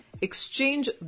exchange